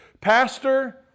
Pastor